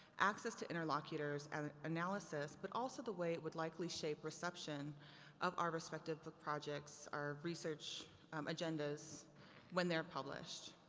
access to interlocutors and analysis, but also the way it would likely shape reception of our respective but projects, our research agendas when they're published.